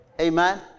Amen